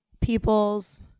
people's